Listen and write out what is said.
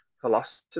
philosophy